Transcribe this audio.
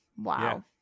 Wow